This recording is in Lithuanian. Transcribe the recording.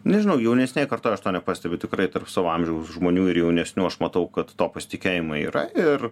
nežinau jaunesnėj kartoj aš to nepastebiu tikrai tarp savo amžiaus žmonių ir jaunesnių aš matau kad to pasitikėjimo yra ir